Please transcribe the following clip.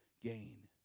gain